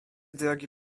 drogi